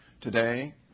Today